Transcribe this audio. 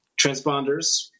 Transponders